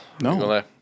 No